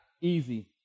easy